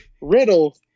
Riddle